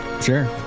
Sure